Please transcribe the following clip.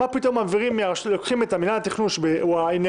מה פתאום לוקחים את מינהל התכנון שהוא האינהרנטי,